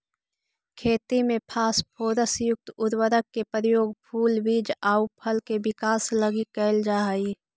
खेती में फास्फोरस युक्त उर्वरक के प्रयोग फूल, बीज आउ फल के विकास लगी कैल जा हइ